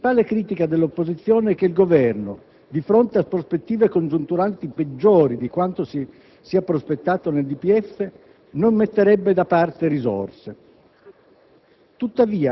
La principale critica dell'opposizione è che il Governo, di fronte a prospettive congiunturali peggiori di quanto si era prospettato nel DPEF, non metterebbe da parte risorse.